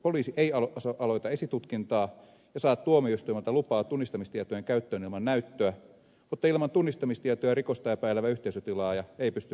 poliisi ei aloita esitutkintaa eikä saa tuomioistuimelta lupaa tunnistamistietojen käyttöön ilman näyttöä mutta ilman tunnistamistietoja rikosta epäilevä yhteisötilaaja ei pysty näyttöä toimittamaan